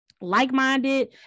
Like-minded